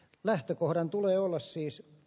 lähtökohdan tulee olla siisti